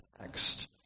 next